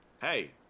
Hey